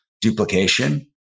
duplication